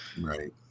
right